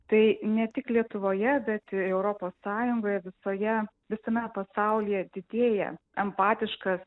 tai ne tik lietuvoje bet ir europos sąjungoje visoje visame pasaulyje didėja empatiškas